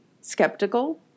skeptical